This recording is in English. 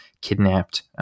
kidnapped